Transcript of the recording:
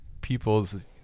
people's